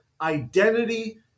identity